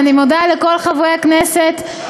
ואני מודה לכל חברי הכנסת,